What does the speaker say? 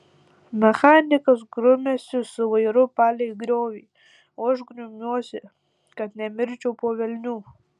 mechanikas grumiasi su vairu palei griovį o aš grumiuosi kad nemirčiau po velnių